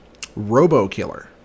RoboKiller